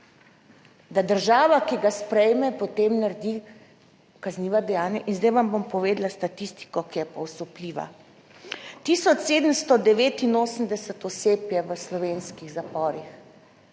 (nadaljevanje) sprejme, potem naredi kaznivo dejanje. In zdaj vam bom povedala statistiko, ki je osupljiva. Tisoč 789 oseb je v slovenskih zaporih.